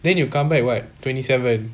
then you come back what twenty seven